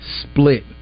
split